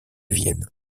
vienne